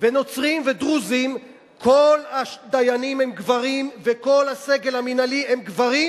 נוצריים ודרוזיים כל הדיינים הם גברים וכל הסגל המינהלי הם גברים,